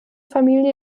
familie